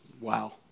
Wow